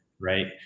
right